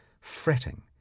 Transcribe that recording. fretting